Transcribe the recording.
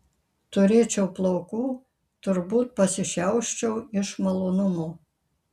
turėčiau plaukų turbūt pasišiauščiau iš malonumo